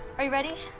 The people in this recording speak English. are you ready?